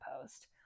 post